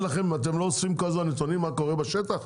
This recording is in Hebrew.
אתם לא אוספים כל הזמן נתונים מה קורה בשטח?